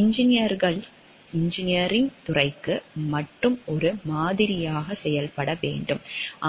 இன்ஜினியர்கள் engineering துறைக்கு மட்டும் ஒரு மாதிரியாக செயல்பட வேண்டும்